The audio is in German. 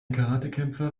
karatekämpfer